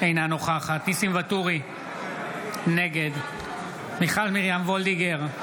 אינה נוכחת ניסים ואטורי, נגד מיכל מרים וולדיגר,